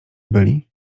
byli